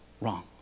wrong